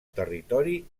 territori